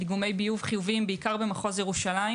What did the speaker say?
דיגומי ביוב חיובים במיוחד במחוז ירושלים.